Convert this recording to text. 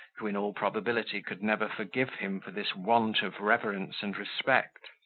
who in all probability could never forgive him for this want of reverence and respect.